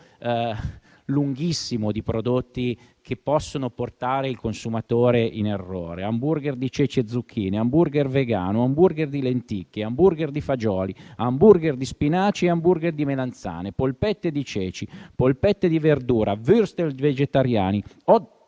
lunghissimo di prodotti che possono portare il consumatore in errore: hamburger di ceci e zucchine, hamburger vegano, hamburger di lenticchie, hamburger di fagioli, hamburger di spinaci e hamburger di melanzane, polpette di ceci, polpette di verdura, wurstel vegetariani,